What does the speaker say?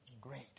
great